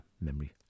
memory